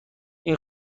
این